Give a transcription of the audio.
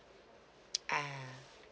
ah